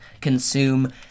consume